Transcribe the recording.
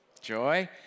Joy